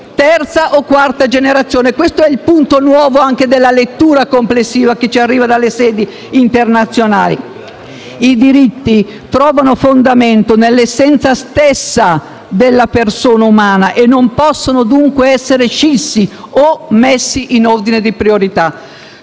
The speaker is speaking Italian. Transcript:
terza o quarta generazione. Questo è il punto nuovo anche della lettura complessiva che ci arriva dalle sedi internazionali. I diritti trovano fondamento nell'essenza stessa della persona umana e non possono dunque essere scissi o messi in ordine di priorità.